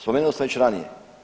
Spomenuo sam već ranije.